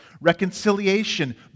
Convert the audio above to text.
reconciliation